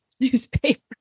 Newspaper